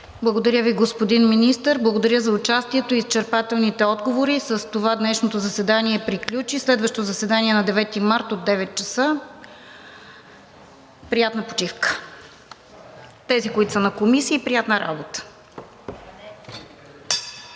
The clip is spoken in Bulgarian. Благодаря Ви, господин Министър. Благодаря за участието и изчерпателните отговори. С това днешното заседание приключи. Следващо заседание – на 9 март от 9,00 ч. Приятна почивка. На тези, които са на комисии, приятна работа.